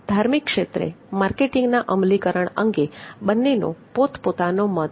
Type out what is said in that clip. ધાર્મિક ક્ષેત્રે માર્કેટિંગના અમલીકરણ અંગે બંનેનો પોત પોતાનો મત છે